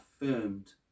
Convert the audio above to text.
affirmed